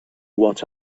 what